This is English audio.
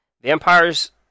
Vampires